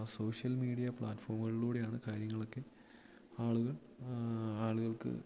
social media പ്ലാറ്റ്ഫോമുകളിലൂടെയാണ് കാര്യങ്ങളൊക്കെ ആളുകൾ ആളുകൾക്ക്